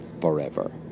forever